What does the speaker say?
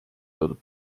toodud